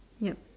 ya